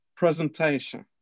presentation